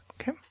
Okay